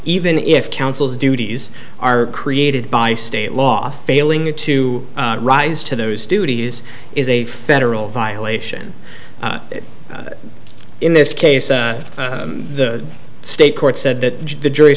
even if counsel's duties are created by state law failing to rise to those duties is a federal violation in this case the state court said that the jury